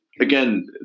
again